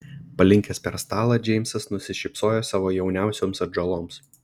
palinkęs per stalą džeimsas nusišypsojo savo jauniausioms atžaloms